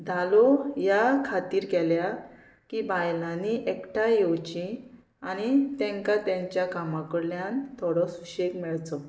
धालो ह्या खातीर केल्या की बायलांनी एकठांय येवचीं आनी तेंकां तेंच्या कामा कडल्यान थोडो सुशेग मेळचो